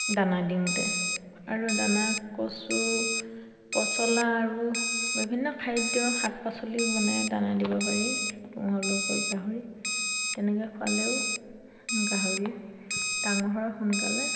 দানা দিওঁতে আৰু দানা কচু পচলা আৰু বিভিন্ন খাদ্য শাক পাচলিও বনাই দানা দিব পাৰি তুঁহৰ লগত গাহৰি তেনেকৈ খোৱালেও গাহৰি ডাঙৰ হয় সোনকালে